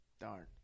darn